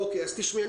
תשמעי,